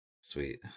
Sweet